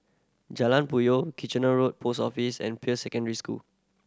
Jalan Puyoh Kitchener Road Post Office and Peirce Secondary School